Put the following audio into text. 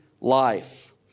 life